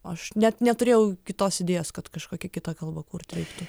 aš net neturėjau kitos idėjos kad kažkokia kita kalba kurt reiktų